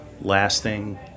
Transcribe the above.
lasting